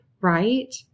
right